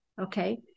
Okay